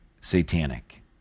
satanic